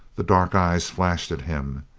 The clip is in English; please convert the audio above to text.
the dark eyes flashed at him.